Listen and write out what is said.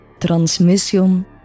transmission